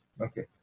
Okay